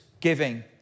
giving